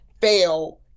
fail